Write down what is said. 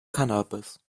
cannabis